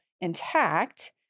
intact